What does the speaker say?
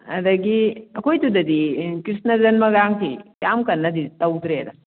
ꯑꯗꯒꯤ ꯑꯩꯈꯣꯏ ꯗꯨꯗꯗꯤ ꯑ ꯀ꯭ꯔꯤꯁꯅ ꯖꯟꯃꯒꯁꯤ ꯌꯥꯝ ꯀꯟꯅꯗꯤ ꯇꯧꯗ꯭ꯔꯦꯗ